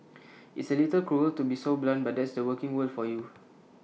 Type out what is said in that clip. it's A little cruel to be so blunt but that's the working world for you